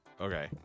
Okay